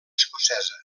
escocesa